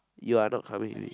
you are not coming